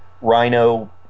Rhino